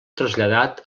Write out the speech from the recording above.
traslladat